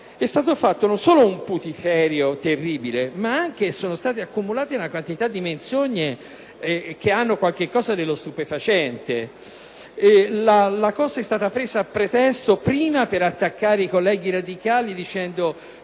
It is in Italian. è stato fatto non solo un putiferio terribile, ma sono state anche accumulate una quantità di menzogne che hanno qualcosa di stupefacente. La vicenda è stata presa a pretesto prima per attaccare i colleghi radicali, dicendo